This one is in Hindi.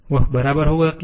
वह बराबर होगा क्या